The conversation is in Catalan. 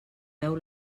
veu